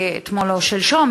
אתמול או שלשום,